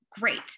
great